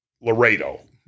Laredo